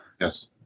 Yes